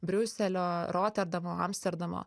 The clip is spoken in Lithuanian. briuselio roterdamo amsterdamo